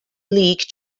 league